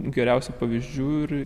geriausių pavyzdžių ir